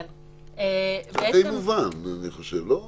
אני חושב שזה די מובן, לא?